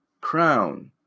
crown